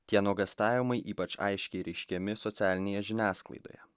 tie nuogąstavimai ypač aiškiai reiškiami socialinėje žiniasklaidoje